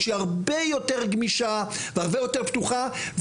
שהיא הרבה יותר גמישה והרבה יותר פתוחה.